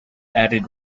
added